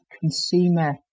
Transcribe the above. consumer